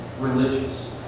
religious